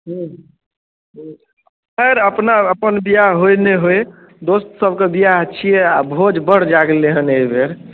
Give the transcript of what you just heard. खैर अपना अपन विवाह होइ नहि होइ दोस्त सभके विवाह छियै आ भोज बड़ जागलै हन एहि बेर